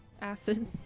Acid